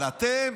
אבל אתם,